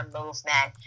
movement